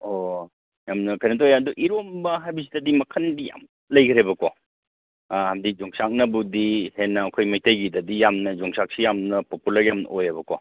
ꯑꯣ ꯌꯥꯝꯅ ꯀꯩꯅꯣ ꯇꯧꯋꯦ ꯑꯗꯨ ꯏꯔꯣꯝꯕ ꯍꯥꯏꯕꯁꯤꯗꯗꯤ ꯃꯈꯟꯗꯤ ꯌꯥꯝ ꯂꯩꯒꯔꯦꯕꯀꯣ ꯑꯗꯩ ꯌꯣꯡꯆꯥꯛꯅꯕꯨꯗꯤ ꯍꯦꯟꯅ ꯑꯩꯈꯣꯏ ꯃꯩꯇꯩꯒꯤꯗꯗꯤ ꯌꯥꯝꯅ ꯌꯣꯡꯆꯥꯛꯁꯤ ꯌꯥꯝꯅ ꯄꯣꯄꯨꯂꯔ ꯌꯥꯝ ꯑꯣꯏꯌꯦꯕꯀꯣ